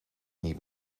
niet